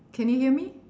can you hear me